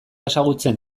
ezagutzen